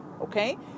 okay